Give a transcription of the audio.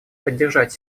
поддержать